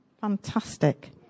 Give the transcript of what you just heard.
Fantastic